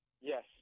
Yes